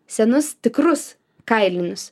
senus tikrus kailinius